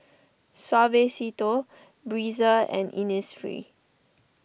Suavecito Breezer and Innisfree